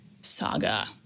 saga